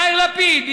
יאיר לפיד,